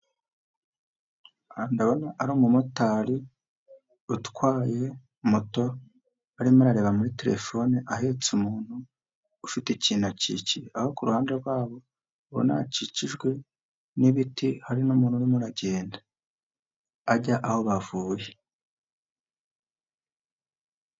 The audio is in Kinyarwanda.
Aha ndabona ari umumotari utwaye moto arimo areba muri telefone ahetse umuntu ufite ikintu akikiye, aho ku ruhande rwabo ubona hakikijwe n'ibiti hari n'umuntu urimo uragenda ajya aho bavuye.